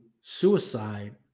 suicide